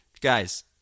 Guys